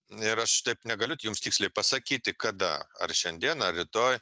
ir aš taip negaliu jums tiksliai pasakyti kada ar šiandieną ar rytoj